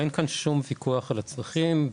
אין כאן שום ויכוח על הצרכים,